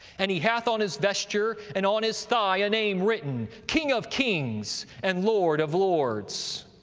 and he hath on his vesture and on his thigh a name written, king of kings, and lord of lords.